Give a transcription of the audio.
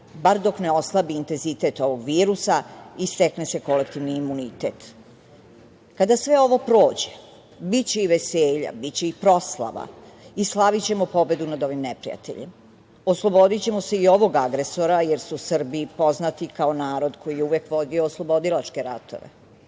bar dok ne oslabi intenzitet ovog virusa i stekne se kolektivni imunitet. Kada sve ovo prođe, biće i veselja, biće i proslava i slavićemo pobedu nad ovim neprijateljem. Oslobodićemo se i ovog agresora, jer su Srbi poznati kao narod koji je uvek vodio oslobodilačke ratove. Zakonom